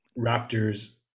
Raptors